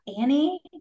Annie